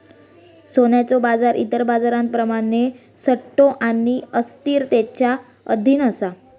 सोन्याचो बाजार इतर बाजारांप्रमाण सट्टो आणि अस्थिरतेच्या अधीन असा